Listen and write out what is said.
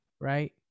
right